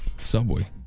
Subway